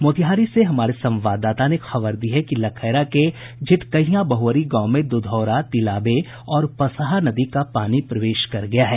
मोतिहारी से हमारे संवाददाता ने खबर दी है कि लखैरा के झिटकहियां बहुअरी गांव में दुधौरा तिलावे और पसहा नदी का पानी प्रवेश कर गया है